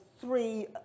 three